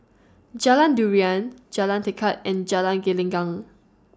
Jalan Durian Jalan Tekad and Jalan Gelenggang